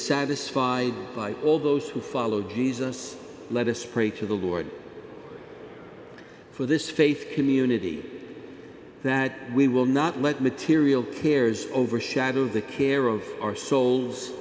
satisfied by all those who follow jesus let us pray to the lord for this faith community that we will not let material cares overshadow the care of our souls